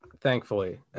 Thankfully